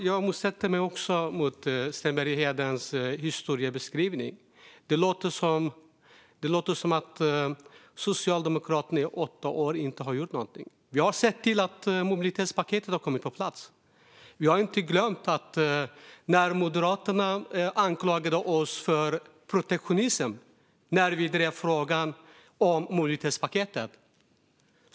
Jag motsätter mig Sten Berghedens historiebeskrivning. Det låter som att Socialdemokraterna inte har gjort någonting under åtta år. Vi har sett till att mobilitetspaketet har kommit på plats. Vi har inte glömt att Moderaterna anklagade oss för protektionism när vi drev frågan om mobilitetspaketet.